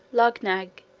luggnagg,